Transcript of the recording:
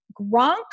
Gronk